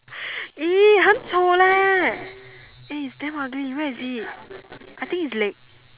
!ee! 很丑 leh eh it's damn ugly where is it I think it's leg